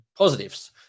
Positives